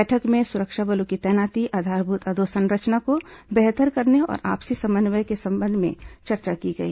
बैठक में सुरक्षा बलों की तैनाती आधारभूत अधोसंरचना को बेहतर करने और आपसी समन्वय के संबंध में चर्चा की गई